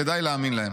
כדאי להאמין להם.